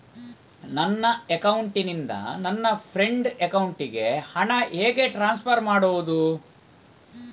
ನನ್ನ ಅಕೌಂಟಿನಿಂದ ನನ್ನ ಫ್ರೆಂಡ್ ಅಕೌಂಟಿಗೆ ಹಣ ಹೇಗೆ ಟ್ರಾನ್ಸ್ಫರ್ ಮಾಡುವುದು?